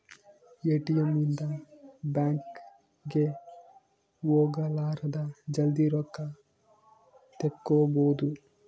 ATM ಇಂದ bank ಗೆ ಹೋಗಲಾರದ ಜಲ್ದೀ ರೊಕ್ಕ ತೆಕ್ಕೊಬೋದು